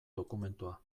dokumentua